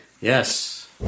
Yes